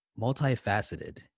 multifaceted